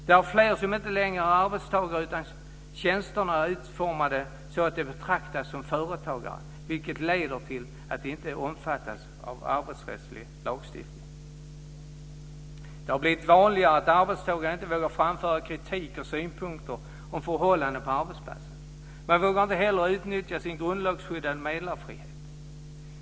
Det är fler som inte längre är arbetstagare, utan tjänsterna är utformade så att de betraktas som företagare, vilket leder till att de inte omfattas av arbetsrättslig lagstiftning. Det har blivit vanligare att arbetstagare inte vågar framföra kritik och synpunkter om förhållandena på arbetsplatsen. Man vågar inte heller utnyttja sin grundlagsskyddade meddelarfrihet.